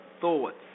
thoughts